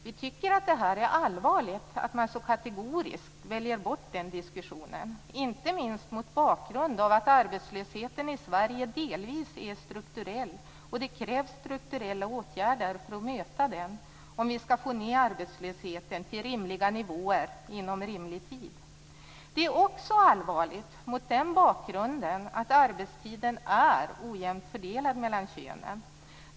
Vi tycker att det är allvarligt att man så kategoriskt väljer bort den diskussionen, inte minst mot bakgrund av att arbetslösheten i Sverige delvis är strukturell. Det krävs strukturella åtgärder för att möta arbetslösheten om den skall sänkas till en rimlig nivå inom en rimlig tid. Mot den bakgrunden är det allvarligt att arbetstiden är ojämnt fördelad mellan könen.